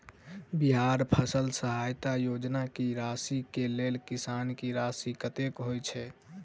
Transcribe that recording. बिहार फसल सहायता योजना की राशि केँ लेल किसान की राशि कतेक होए छै?